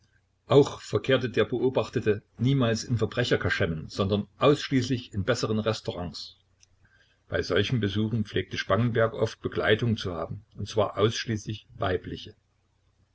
auch verkehrte der beobachtete niemals in verbrecher kaschemmen sondern ausschließlich in besseren restaurants bei solchen besuchen pflegte spangenberg oft begleitung zu haben und zwar ausschließlich weibliche